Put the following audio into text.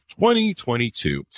2022